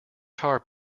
tar